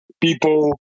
People